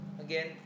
Again